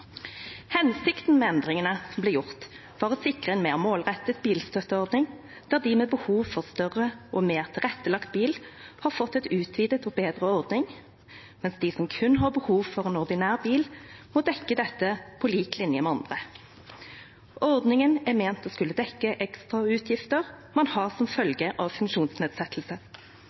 Hensikten med endringene som ble gjort, var å sikre en mer målrettet bilstøtteordning. De med behov for en større og mer tilrettelagt bil har fått en utvidet og bedre ordning, mens de som kun har behov for en ordinær bil, må dekke dette på lik linje med andre. Ordningen er ment å skulle dekke ekstrautgifter man har som følge av funksjonsnedsettelse,